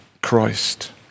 Christ